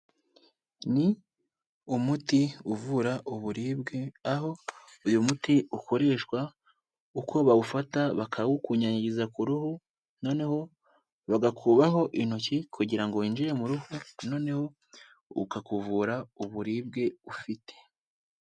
Ni umuti uvura uburibwe aho uyu muti ukoreshwa uko bawufata bakawukunyanyagiza ku ruhu noneho bagakubaho intoki kugira ngo winjire mu ruhu noneho ukakuvura uburibwe ufite.